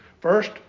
First